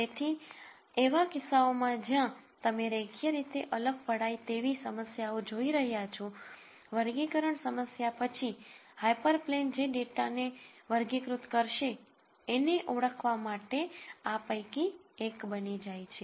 તેથી એવા કિસ્સાઓમાં જ્યાં તમે રેખીય રીતે અલગ પડાય તેવી સમસ્યાઓ જોઈ રહ્યા છો વર્ગીકરણ સમસ્યા પછી હાયપરપ્લેન જે ડેટાને વર્ગીકૃત કરશે એને ઓળખવા માટે આ પૈકી એક બની જાય છે